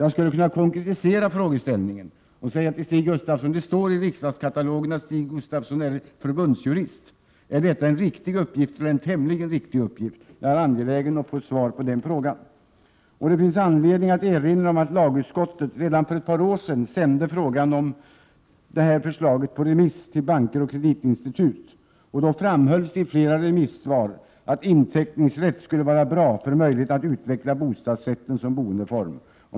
Jag skulle kunna konkretisera frågeställningen: Det står i riksdagskatalogen att Stig Gustafsson är förbundsjurist. Är detta en riktig uppgift eller en tämligen riktig uppgift? Jag är angelägen att få svar på den frågan. Det finns anledning att erinra om att när lagutskottet för ett par år sedan sände motsvarande förslag på remiss till banker och kreditinstitut, framhölls i flera remissvar att inteckningsrätt skulle vara bra för möjligheten att utveckla bostadsrätten som boendeform.